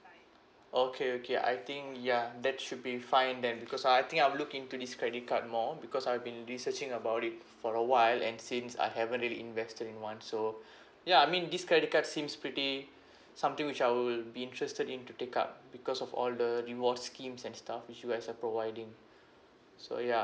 okay okay I think ya that should be fine then because uh I think I'll look into this credit card more because I've been researching about it for a while and since I haven't really invested in one so ya I mean this credit card seems pretty something which I will be interested in to take up because of all the rewards schemes and stuff which you as a providing so ya